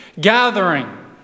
gathering